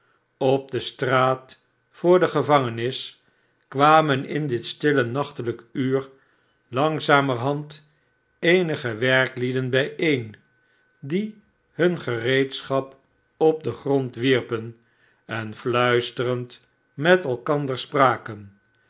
op de straat voor de gevangenis kwamen in dit stille nachtelijk uur langzamerhand eenige werklieden bijeen die hun gereedschap op den grond wierpen en fluisterend met elkander spraken